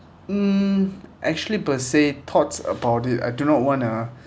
mm actually per se thoughts about it I do not wanna